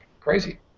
Crazy